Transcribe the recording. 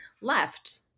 left